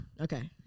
okay